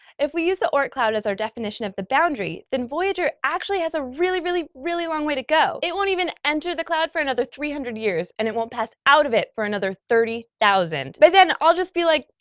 if we use the oort cloud as our definition of the boundary, then voyager actually has a really, really, really long way to go. it won't even enter the cloud for another three hundred years, and it won't pass out of it for another thirty thousand. by then i'll just be, like,